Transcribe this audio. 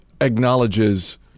acknowledges